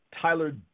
tyler